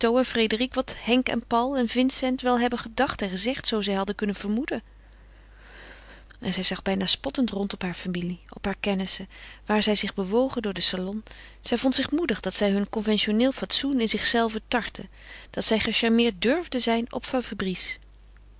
frédérique wat henk en paul en vincent wel hebben gedacht en gezegd zoo zij hadden kunnen vermoeden en zij zag bijna spottend rond op haar familie op haar kennissen waar zij zich bewogen door den salon zij vond zich moedig dat zij hun conventioneel fatsoen in zichzelve tartte dat zij gecharmeerd durfde zijn op